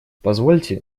позвольте